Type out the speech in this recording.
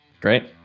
Great